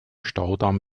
staudamm